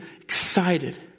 excited